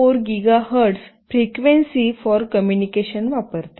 4 GHz frequency for communication वापरते